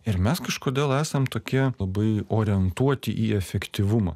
ir mes kažkodėl esam tokie labai orientuoti į efektyvumą